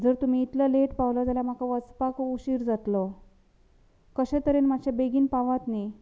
जर तुमी इतलो लेट पावलो जाल्यार म्हाका वचपाक उशीर जातलो कशें तरेन मातशें बेगीन पावात न्ही